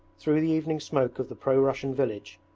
through the evening smoke of the pro-russian village,